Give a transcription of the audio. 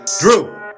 Drew